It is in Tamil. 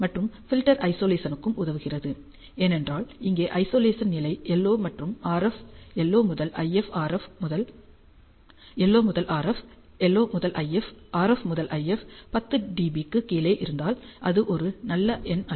மற்றும் ஃபில்டர் ஐசொலேசனுக்கும் உதவுகிறது ஏனென்றால் இங்கே ஐசொலேசன் நிலைகள் LO முதல் RF LO முதல் IF RF முதல் IF 10 dB க்குக் கீழே இருந்தால் அது ஒரு நல்ல எண் அல்ல